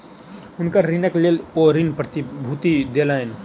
हुनकर ऋणक लेल ओ ऋण प्रतिभूति देलैन